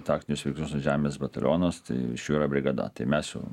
taktinius veiksmus ant žemės batalionas tai yra brigada tai mes jau